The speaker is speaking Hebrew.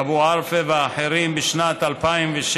אבו ערפה ואחרים, בשנת 2006,